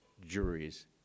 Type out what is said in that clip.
Juries